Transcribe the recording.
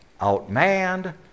outmanned